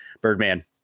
Birdman